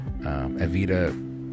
Evita